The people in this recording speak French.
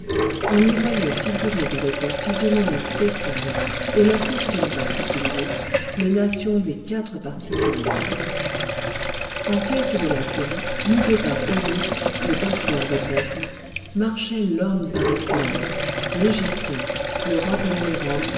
on y voyait figurées avec leurs physionomies spéciales et leurs costumes particuliers les nations des quatre parties du monde en tête de la série guidée par horus le pasteur des peuples marchait l'homme par excellence l'égyptien le